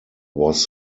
was